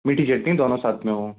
मीठी चटनी दोनों साथ में हों